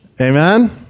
Amen